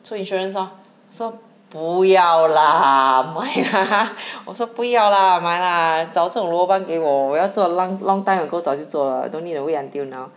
做 insurance lor 我说不要啦 mai lah 我说不要啦 mai lah 找这种 lobang 给我我要做 lon~ long time ago 早就做了 don't need to wait until now